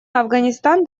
афганистан